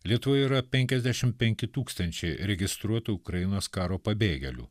lietuvoje yra penkiasdešim penki tūkstančiai registruotų ukrainos karo pabėgėlių